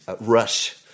Rush